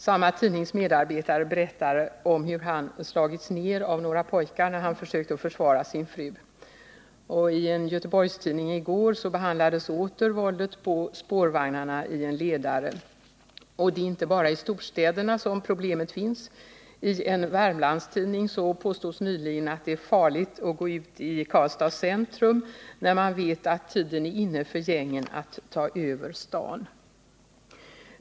Samma tidnings medarbetare berättade om hur han slagits ned av några pojkar när han försökte försvara sin fru. I en Göteborgstidning i går behandlades åter våldet på spårvagnarna i en ledare. Och det är inte bara i storstäderna som problemen finns. I en Värmlandstidning påstods nyligen att det är farligt att gå ut i Karlstads centrum när man vet att tiden är inne för gängen att ta över staden.